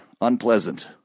unpleasant